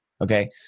okay